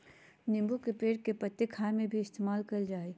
नींबू के पेड़ के पत्ते खाय में भी इस्तेमाल कईल जा हइ